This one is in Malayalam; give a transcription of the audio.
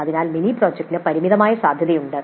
അതിനാൽ മിനി പ്രോജക്റ്റിന് പരിമിതമായ സാധ്യതയുണ്ട്